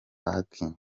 pariki